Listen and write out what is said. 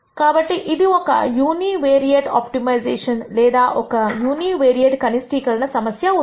కాబట్టి ఇది ఒక యూనివేరియేట్ ఆప్టిమైజేషన్ లేదా ఒక యూనివేరియేట్ కనిష్టీకరణ సమస్య అవుతుంది